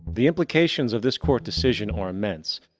the implications of this court decision are immense.